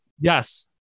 Yes